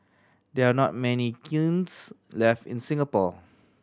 there are not many kilns left in Singapore